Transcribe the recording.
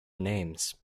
names